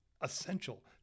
essential